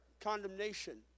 condemnation